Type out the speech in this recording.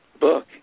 book